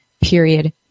period